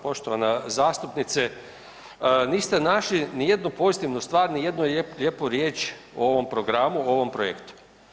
Poštovana zastupnice, niste našli nijednu pozitivnu stvar, nijednu lijepu riječ o ovom programu, o ovom projektu.